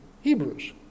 Hebrews